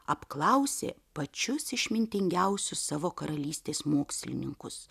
apklausė pačius išmintingiausius savo karalystės mokslininkus